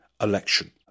election